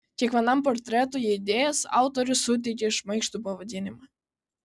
kiekvienam portretui idėjos autorius suteikė šmaikštų pavadinimą